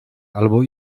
albo